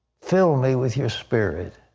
fill me with your spirit.